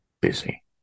busy